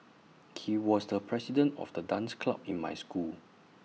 he was the president of the dance club in my school